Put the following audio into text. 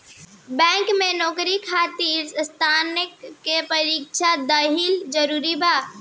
Bank में नौकरी खातिर स्नातक के परीक्षा दिहल जरूरी बा?